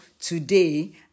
today